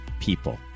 people